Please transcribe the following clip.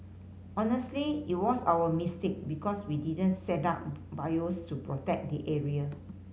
honestly it was our mistake because we didn't set up buoys to protect the area